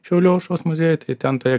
šiaulių aušros muziejų tai ten toje